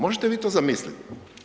Možete vi to zamisliti?